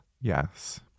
Yes